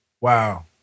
Wow